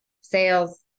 sales